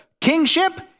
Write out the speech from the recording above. Kingship